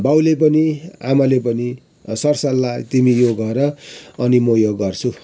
बाउले पनि आमाले पनि सर सल्लाह तिमी यो गर अनि म यो गर्छु